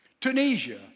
Tunisia